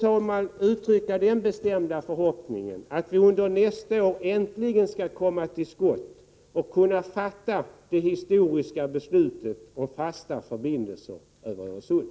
Jag uttrycker en bestämd förhoppning om att vi nästa år äntligen kommer till skott och att vi då kan fatta det historiska beslutet om fasta förbindelser över Öresund.